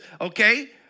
okay